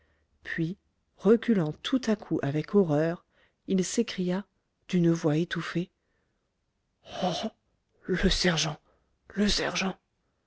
puis reculant tout à coup avec horreur il s'écria d'une voix étouffée oh le sergent le sergent